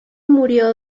murió